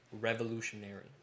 revolutionary